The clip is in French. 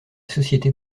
société